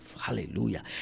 Hallelujah